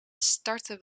starten